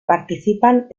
participan